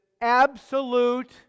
absolute